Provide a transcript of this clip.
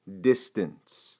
distance